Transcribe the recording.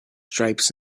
stripes